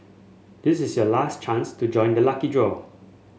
this is your last chance to join the lucky draw